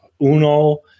uno